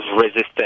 resistance